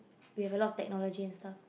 we have a lot of technology and stuff